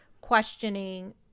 questioning